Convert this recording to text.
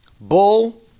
Bull